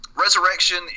resurrection